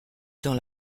dans